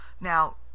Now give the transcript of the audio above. Now